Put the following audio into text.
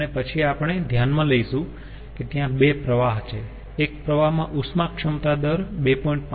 અને પછી આપણે ધ્યાનમાં લઈશું કે ત્યાં બે પ્રવાહ છે એક પ્રવાહ માં ઉષ્મા ક્ષમતા દર 2